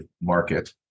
market